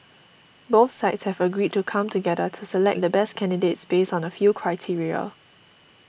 both sides have agreed to come together to select the best candidates based on a few criteria